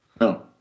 No